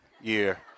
year